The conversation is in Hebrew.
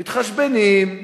מתחשבנים.